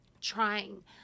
trying